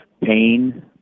pain